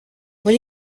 muri